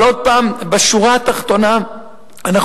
אבל עוד פעם: בשורה התחתונה אנחנו